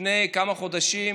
לפני כמה חודשים,